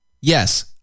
Yes